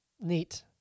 Neat